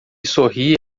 sorri